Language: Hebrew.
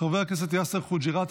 חבר הכנסת יאסר חוג'יראת,